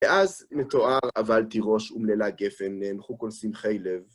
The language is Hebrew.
ואז מתואר אבל תירוש אומללה גפן, נאנחו כל שמחי לב.